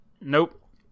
nope